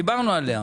דיברנו עליה.